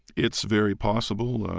it's very possible.